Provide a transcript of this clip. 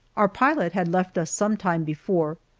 our pilot had left us some time before,